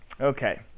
okay